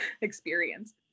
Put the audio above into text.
experience